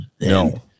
No